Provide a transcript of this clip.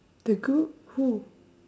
the group who